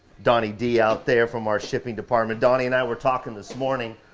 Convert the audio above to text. donnie d out there from our shipping department, donnie and i were talking this morning.